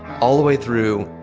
all the way through,